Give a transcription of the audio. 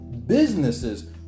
businesses